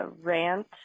rant